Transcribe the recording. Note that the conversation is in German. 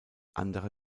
andere